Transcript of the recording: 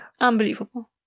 Unbelievable